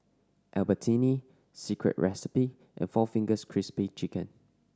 Albertini Secret Recipe and four Fingers Crispy Chicken